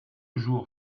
jour